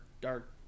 Dark